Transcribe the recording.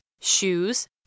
shoes